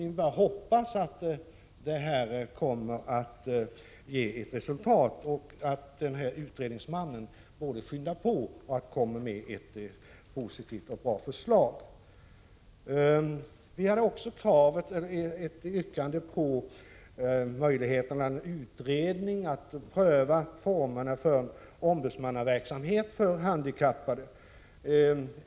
Vi bara hoppas att det kommer att ge resultat, att utredningsmannen skyndar på och lägger fram ett positivt och bra förslag. Vi hade också ett yrkande om att i en utredning pröva möjligheterna till och formerna för en ombudsmannaverksamhet för handikappade.